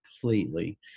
completely